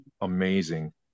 amazing